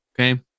okay